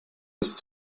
ist